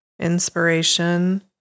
inspiration